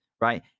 right